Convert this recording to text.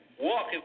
Walk